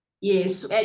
Yes